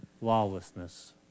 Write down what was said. lawlessness